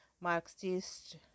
marxist